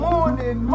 Morning